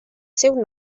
seu